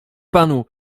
panu